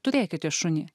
turėkite šunį